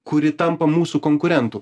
kuri tampa mūsų konkurentu